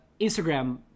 instagram